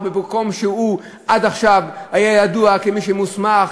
או במקום שהוא עד עכשיו היה ידוע כמי שמוסמך,